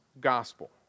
gospel